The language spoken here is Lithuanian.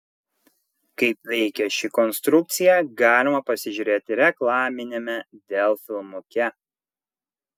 kaip veikia ši konstrukcija galima pasižiūrėti reklaminiame dell filmuke